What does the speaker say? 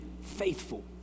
faithful